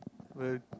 will